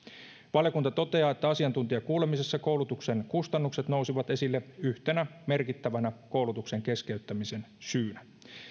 valiokunta toteaa että asiantuntijakuulemisissa koulutuksen kustannukset nousivat esille yhtenä merkittävänä koulutuksen keskeyttämisen syynä